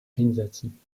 einsetzen